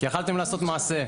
כי יכולתם לעשות מעשה.